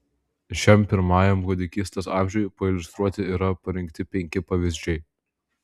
šiam pirmajam kūdikystės amžiui pailiustruoti yra parinkti penki pavyzdžiai